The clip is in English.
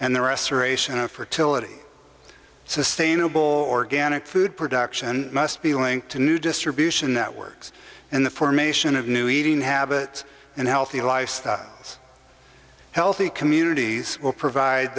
and the restoration of fertility sustainable organic food production must be linked to new distribution networks and the formation of new eating habits and healthy lifestyle as healthy communities will provide